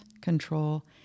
control